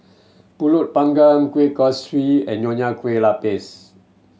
Pulut Panggang Kueh Kaswi and Nonya Kueh Lapis